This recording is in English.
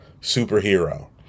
superhero